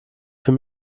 für